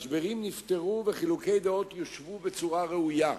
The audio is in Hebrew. משברים נפתרו וחילוקי דעות יושבו בצורה ראויה.